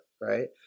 right